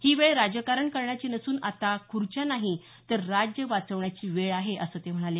ही वेळ राजकारण करण्याची नसून आता खुर्च्या नाही तर राज्य वाचवण्याची वेळ आहे असं ते म्हणाले